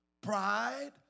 Pride